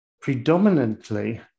Predominantly